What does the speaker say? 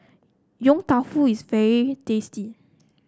Yong Tau Foo is very tasty